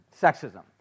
Sexism